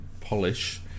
polish